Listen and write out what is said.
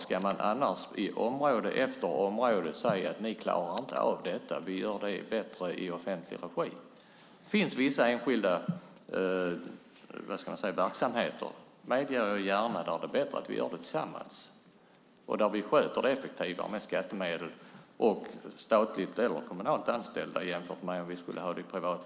På område efter område heter det ju: Ni klarar inte av detta. Vi gör det bättre i offentlig regi. Det finns vissa enskilda verksamheter där det - det medger jag gärna - är bättre att vi gör jobbet tillsammans och som sköts effektivare med skattemedel och med statligt eller kommunalt anställda än om verksamheterna drivs privat.